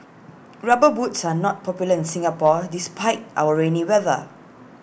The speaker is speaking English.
rubber boots are not popular in Singapore despite our rainy weather